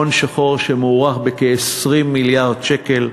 הון שחור שמוערך ב-20 מיליארד שקל,